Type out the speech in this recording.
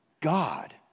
God